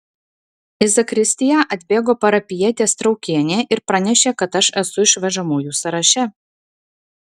į zakristiją atbėgo parapijietė straukienė ir pranešė kad aš esu išvežamųjų sąraše